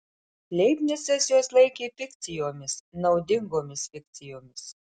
leibnicas juos laikė fikcijomis naudingomis fikcijomis